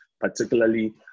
particularly